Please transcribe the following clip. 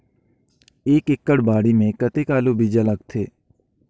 एक एकड़ बाड़ी मे कतेक आलू बीजा लगथे?